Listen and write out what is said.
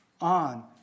on